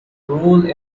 role